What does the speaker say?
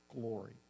glory